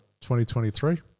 2023